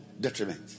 detriment